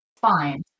Fine